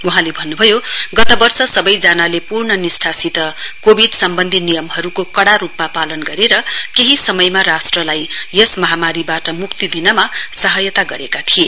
वहाँले भन्न्भयो गत वर्ष सबैजनाले पूर्ण निष्ठासित कोविड सम्बन्धि नियमहरूको कडा रूपमा पालन गरेर केही समयमा राष्ट्रलाई यस महामारीबाट मुक्ति दिनमा सहायता गरेको थिए